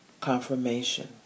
confirmation